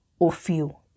Ofio